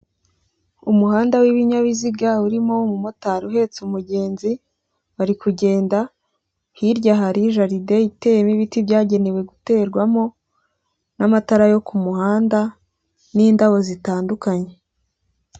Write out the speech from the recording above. Umuhanda w'ibinyabiziga urimo umumotari uhetse umugenzi bari kugenda, hirya hari jaride iteyemo ibiti byagenewe guterwamo n'amatara yo kumuhanda n'indabo zitandukanye.